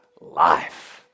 life